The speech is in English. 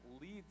leads